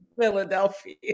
philadelphia